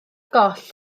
goll